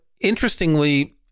interestingly